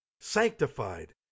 sanctified